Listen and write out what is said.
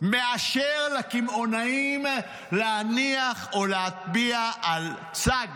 מאשר לקמעונאים להניח או להטביע על צג